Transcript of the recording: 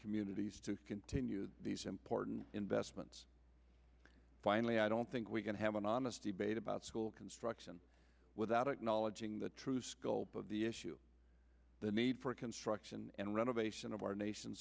communities to continue these important investments finally i don't think we can have an honest debate about school construction without acknowledging the true scope of the issue the need for construction and renovation of our nation